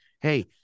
Hey